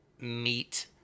meet